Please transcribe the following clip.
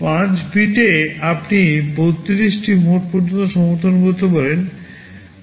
5 বিটে আপনি 32 টি মোড পর্যন্ত সমর্থন করতে পারেন